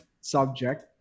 subject